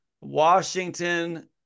Washington